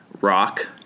rock